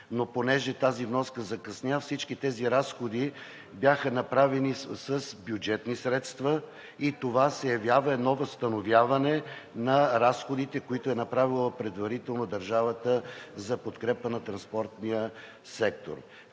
но понеже тази вноска закъсня всички тези разходи бяха направени с бюджетни средства и това се явява едно възстановяване на разходите, които държавата предварително е направила за подкрепа на транспортния сектор.